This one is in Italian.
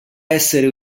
essere